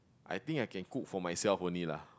I think I can cook for myself only lah